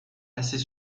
assez